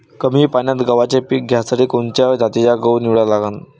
कमी पान्यात गव्हाचं पीक घ्यासाठी कोनच्या जातीचा गहू निवडा लागन?